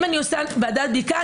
אם אני עושה ועדת בדיקה,